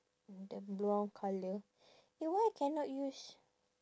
the brown colour eh why I cannot use